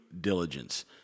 diligence